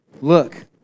Look